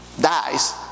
dies